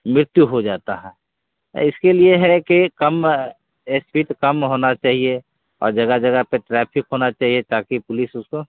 मृत्यु हो जाती है इसके लिए है कि कम स्पीड कम होनी चाहिए जगह जगह पर ट्रैफ़िक होनी चाहिए ताकि पुलिस उसको